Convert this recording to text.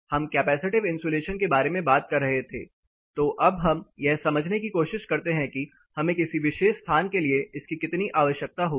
हम capacitive insulation के बारे में बात कर रहे थे तो अब हम यह समझने की कोशिश करते हैं कि हमें किसी विशेष स्थान के लिए इसकी कितनी आवश्यकता होगी